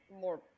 more